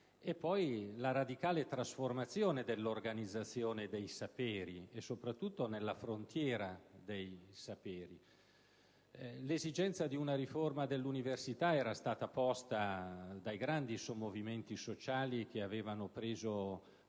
poi la radicale trasformazione dell'organizzazione dei saperi, soprattutto nella frontiera delle conoscenze. L'esigenza di una riforma dell'università era stata posta dai grandi sommovimenti sociali che avevano preso